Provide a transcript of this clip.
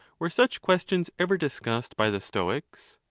were such questions ever discussed by the stoics?